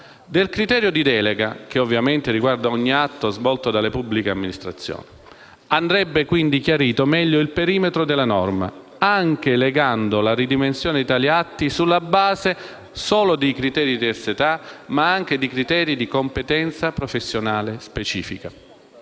del criterio di delega, che ovviamente riguarda ogni atto da svolto dalle pubbliche amministrazioni. Andrebbe quindi meglio chiarito il perimetro della norma, anche legando la rimessione di tali atti sulla base di criteri non solo di terzietà, ma anche di competenza professionale specifica.